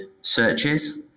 searches